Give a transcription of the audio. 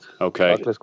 Okay